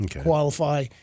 qualify